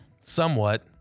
somewhat